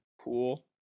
Cool